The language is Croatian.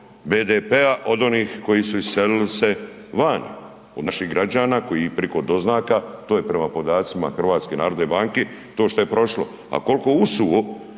BDP-a od onih koji su iselili se van od naših građana koji priko doznaka, to je prama podacima HNB-a to što je prošlo, a koliko usuvo